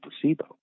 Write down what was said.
placebo